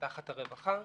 תחת הרווחה.